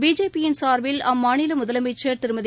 பிஜேபியின் சார்பில் அம்மாநில முதலமைச்சர் திருமதி